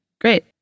Great